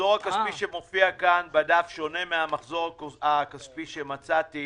המחזור הכספי שמופיע כאן בדף שונה מן המחזור הכספי שמצאתי